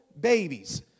babies